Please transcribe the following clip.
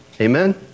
Amen